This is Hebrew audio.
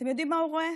אתם יודעים מה הוא רואה?